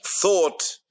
thought